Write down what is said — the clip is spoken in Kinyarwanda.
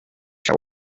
cha